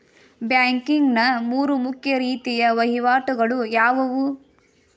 Banking ನ ಮೂರು ಮುಖ್ಯ ರೀತಿಯ ವಹಿವಾಟುಗಳು ಯಾವುವು?